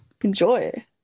enjoy